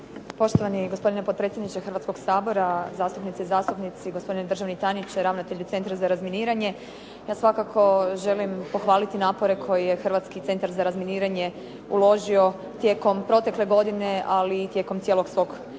Poštovani gospodine potpredsjedniče Hrvatskoga sabora, zastupnice i zastupnici, gospodine državni tajniče, ravnatelju centra za razminiranje. Ja svakako želim pohvaliti napore koje je Hrvatski centar za razminiranje uložio tijekom protekle godine, ali i tijekom cijelog svog postojanja.